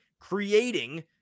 creating